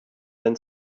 then